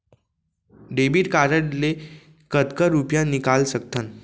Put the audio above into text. Debit card ले कतका रुपिया निकाल सकथन?